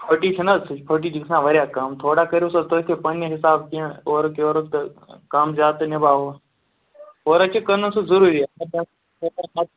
forty چھِ نہٕ حظ سُہ فوٚٹی چھِ گَژھان وارِیاہ کَم تھوڑا کٔرۍہُس حظ تُہۍ تہِ پنٛنہِ حِساب کیٚنٛہہ اورُک یورُک تہٕ کَم زیادٕ تہٕ نِباوَو اورٕ حظ چھِ کٕنُن سُہ ضٔروٗری